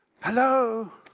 Hello